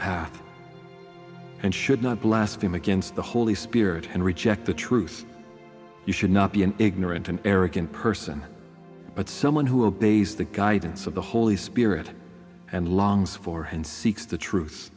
path and should not blaspheme against the holy spirit and reject the truth you should not be an ignorant and arrogant person but someone who obeys the guidance of the holy spirit and longs for him seeks the truth